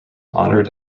honored